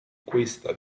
questa